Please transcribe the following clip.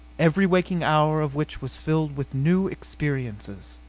every waking hour of which was filled with new experiences.